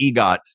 EGOT